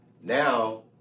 now